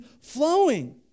flowing